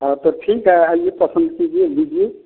हाँ तो ठीक है आइए पसंद कीजिए लीजिए